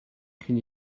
cyn